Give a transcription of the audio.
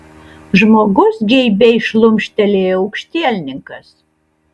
žmogus geibiai šlumštelėjo aukštielninkas